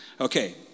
Okay